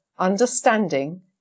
understanding